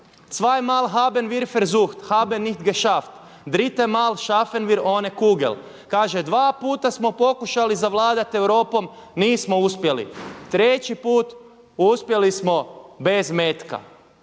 male haben wir versucht, haben nicht ges haft, dritte mal schaffen wir onhe kugel“. Kaže, dva puta smo pokušali zavladati Europom, nismo uspjeli, treći put uspjeli smo bez metka.